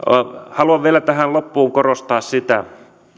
haluan vielä tähän loppuun korostaa sitä